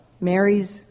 Mary's